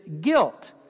guilt